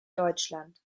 deutschland